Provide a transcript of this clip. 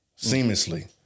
seamlessly